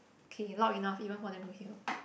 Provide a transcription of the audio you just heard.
K loud enough even for them to hear